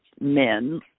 men